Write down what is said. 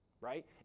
right